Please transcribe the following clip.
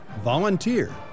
volunteer